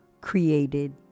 created